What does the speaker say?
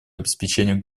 обеспечению